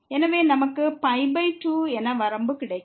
எனவே நமக்கு பை 2 என வரம்பு கிடைக்கும்